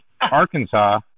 Arkansas